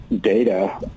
data